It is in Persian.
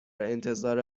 انتظار